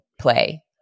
play